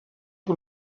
per